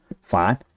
fine